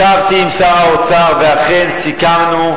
ישבתי עם שר האוצר ואכן סיכמנו.